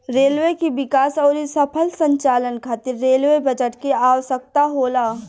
railway के विकास अउरी सफल संचालन खातिर रेलवे बजट के आवसकता होला